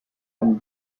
langue